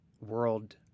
world